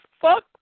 fuck